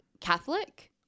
Catholic